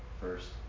first